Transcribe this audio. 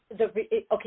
okay